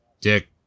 dick